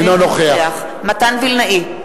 אינו נוכח מתן וילנאי,